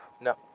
no